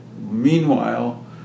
meanwhile